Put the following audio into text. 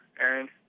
Aaron